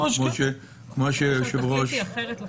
כמו שהיושב ראש ביקש.